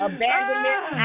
Abandonment